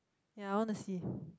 ya I want to see